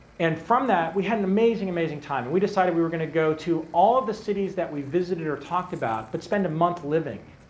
and from that, we had an amazing, amazing time. and we decided we were going to go to all of the cities that we've visited or talked about, but spend a month living